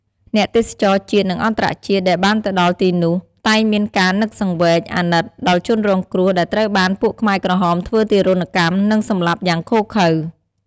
អ្នកទេសចរជាតិ និងអន្តរជាតិ ដែលបានទៅដល់ទីនោះ តែងមានការនឹកសង្វេគ អាណិត ដល់ជនរងគ្រោះ ដែលត្រូវបានពួកខ្មែរក្រហមធ្វើទារុណកម្ម និងសម្លាប់ យ៉ាងឃោឃៅ។